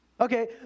Okay